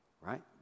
Right